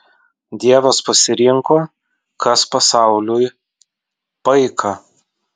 dievas pasirinko kas pasauliui paika